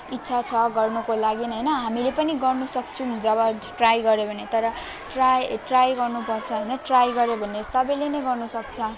इच्छा छ गर्नुको लागि होइन हामीले पनि गर्नसक्छौँ जब ट्राई गऱ्यो भने तर ट्राई ए ट्राई गर्नुपर्छ होइन ट्राई गऱ्यो भने सबैले गर्नसक्छ